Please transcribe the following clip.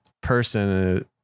person